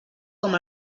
com